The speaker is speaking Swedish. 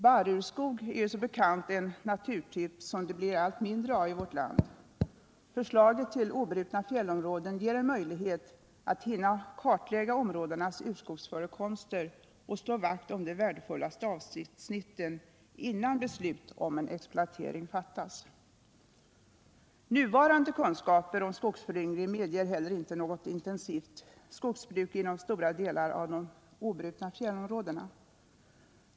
Barrurskog är som bekant en naturtyp som det blir allt mindre av i vårt land. Förslaget till obrutna fjällområden ger en möjlighet att hinna kartlägga områdenas urskogsförekomster och slå vakt om de värdefullaste avsnitten innan beslut om en exploatering fattas. Nuvarande kunskaper om skogsföryngring medger heller inte något intensivt skogsbruk inom stora delar av de obrutna fjällområdena.